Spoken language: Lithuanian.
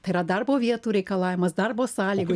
tai yra darbo vietų reikalavimas darbo sąlygų